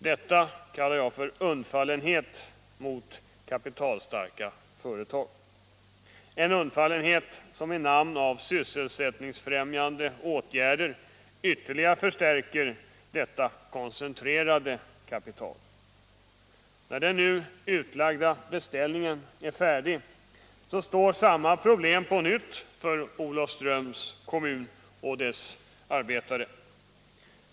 Detta kallar jag för undfallenhet mot kapitalstarka företag, en undfallenhet som i namn av sysselsättningsfrämjande åtgärder ytterligare förstärker detta koncentrerade kapital. När den nu utlagda beställningen är färdig står samma problem på nytt för Olofströms kommun och dess arbetare.